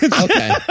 Okay